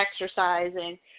exercising